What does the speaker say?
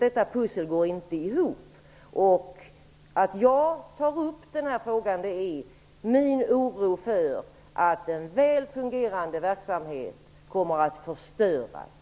Detta pussel går inte ihop. Att jag tar upp frågan beror på min oro för att en väl fungerande verksamhet kommer att förstöras.